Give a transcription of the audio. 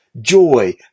Joy